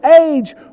age